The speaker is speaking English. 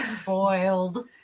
Spoiled